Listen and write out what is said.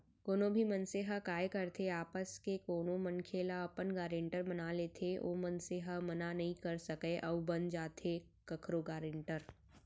कोनो भी मनसे ह काय करथे आपस के कोनो मनखे ल अपन गारेंटर बना लेथे ओ मनसे ह मना नइ कर सकय अउ बन जाथे कखरो गारेंटर